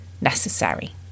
necessary